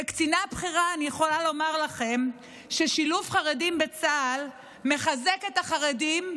כקצינה בכירה אני יכולה לומר לכם ששילוב חרדים בצה"ל מחזק את החרדים,